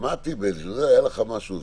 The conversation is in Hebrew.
שמעתי שהיה לך איזה משהו בעבר.